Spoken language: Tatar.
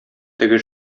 теге